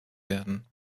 werden